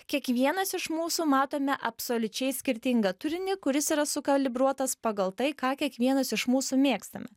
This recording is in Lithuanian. kiekvienas iš mūsų matome absoliučiai skirtingą turinį kuris yra sukalibruotas pagal tai ką kiekvienas iš mūsų mėgstame